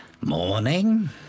Morning